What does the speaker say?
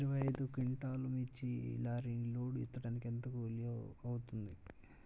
ఇరవై ఐదు క్వింటాల్లు మిర్చి లారీకి లోడ్ ఎత్తడానికి ఎంత కూలి అవుతుంది?